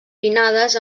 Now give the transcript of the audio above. pinnades